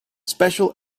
special